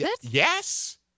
yes